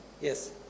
Yes